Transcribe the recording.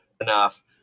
enough